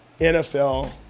NFL